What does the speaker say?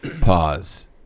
pause